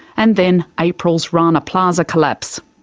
and then april's rana plaza collapse.